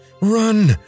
Run